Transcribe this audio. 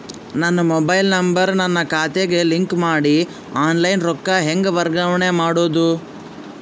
ನನ್ನ mobile number ನನ್ನ ಖಾತೆಗೆ ಲಿಂಕ್ ಮಾಡಿ ಆನ್ಲೈನ್ ರೊಕ್ಕ ಹೆಂಗ ವರ್ಗಾವಣೆ ಮಾಡೋದು?